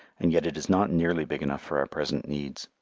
and yet it is not nearly big enough for our present needs.